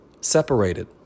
separated